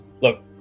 Look